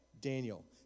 Daniel